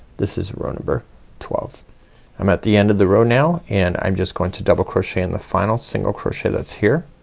this is row number twenty i'm at the end of the row now and i'm just going to double crochet in the final single crochet that's here.